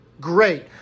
great